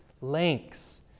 lengths